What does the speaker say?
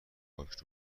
پاک